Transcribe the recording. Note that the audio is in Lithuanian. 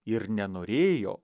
ir nenorėjo